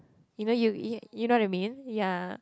even you you know what I mean ya